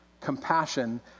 Compassion